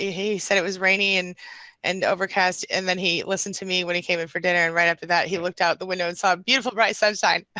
he he said it was rainy and and overcast and then he listened to me when he came in for dinner and right after that, he looked out the window and saw a beautiful bright sunshine.